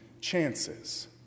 chances